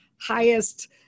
highest